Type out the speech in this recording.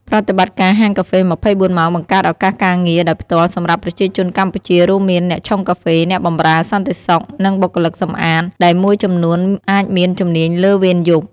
ប្រតិបត្តិការហាងកាហ្វេ ២៤ ម៉ោង បង្កើត ឱកាសការងារ ដោយផ្ទាល់សម្រាប់ប្រជាជនកម្ពុជា រួមមាន អ្នកឆុងកាហ្វេ អ្នកបម្រើ សន្តិសុខ និងបុគ្គលិកសម្អាត ដែលមួយចំនួនអាចមានជំនាញលើវេនយប់។